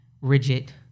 rigid